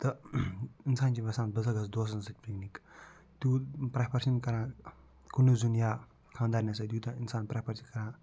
تہٕ اِنسان چھِ یَژھان بہٕ ہسا گژھٕ دوستَن سۭتۍ پِکنِک تیوٗت پرٛٮ۪فَر چھِنہٕ کران کُنُے زوٚن یا خانٛدارنہِ سۭتۍ یوٗتاہ اِنسان پرٛٮ۪فَر چھِ کران